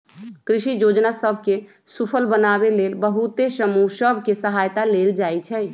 कृषि जोजना सभ के सूफल बनाबे लेल बहुते समूह सभ के सहायता लेल जाइ छइ